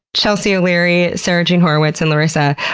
chelsy o'leary, sarah jean horowitz, and larissa.